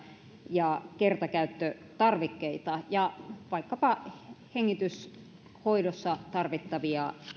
ja kertakäyttötarvikkeita ja vaikkapa hengityshoidossa tarvittavia